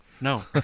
No